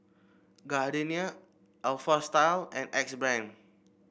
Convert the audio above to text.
Gardenia Alpha Style and Axe Brand